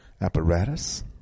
apparatus